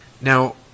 Now